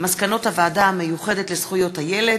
מסקנות הוועדה המיוחדת לזכויות הילד